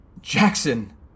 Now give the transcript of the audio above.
jackson